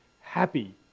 happy